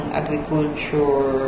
agriculture